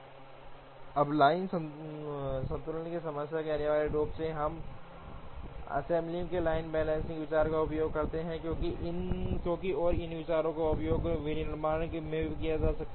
अब लाइन संतुलन की समस्या में अनिवार्य रूप से हम असेंबली में लाइन बैलेंसिंग विचार का उपयोग करते हैं क्योंकि और इन विचारों का उपयोग विनिर्माण में भी किया जा सकता है